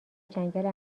جنگل